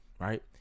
right